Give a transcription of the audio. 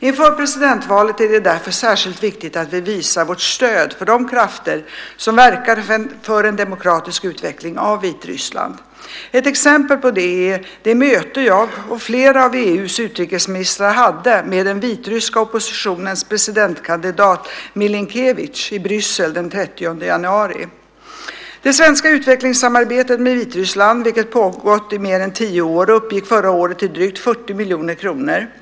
Inför presidentvalet är det därför särskilt viktigt att vi visar vårt stöd för de krafter som verkar för en demokratisk utveckling av Vitryssland. Ett exempel på detta är det möte jag och flera av EU:s utrikesministrar hade med den vitryska oppositionens presidentkandidat, Milinkevitj, i Bryssel den 30 januari. Det svenska utvecklingssamarbetet med Vitryssland, vilket pågått i mer än tio år, uppgick förra året till drygt 40 miljoner kronor.